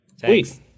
Thanks